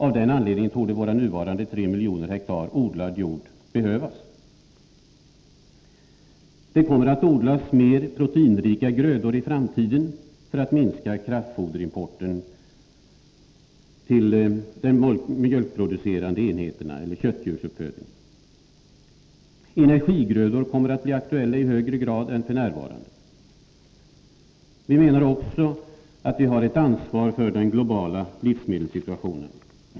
Av den anledningen torde våra nuvarande tre miljoner hektar odlad jord behövas. Det kommer att odlas mer proteinrika grödor i framtiden för att minska kraftfoderimporten till de mjölkproducerande enheterna eller köttdjursuppfödningen. Energigrödor kommer att bli aktuella i högre grad än f. n. Vi menar också att vårt land har ett ansvar för den globala livsmedelssituationen.